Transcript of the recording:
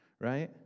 right